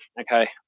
okay